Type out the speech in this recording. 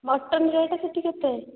mutton rate ସେଠି କେତେ